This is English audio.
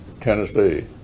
Tennessee